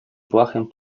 błahym